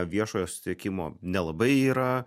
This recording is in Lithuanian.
viešojo susisiekimo nelabai yra